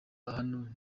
hano